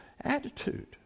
attitude